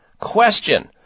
question